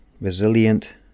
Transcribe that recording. Resilient